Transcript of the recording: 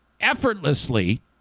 effortlessly